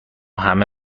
همه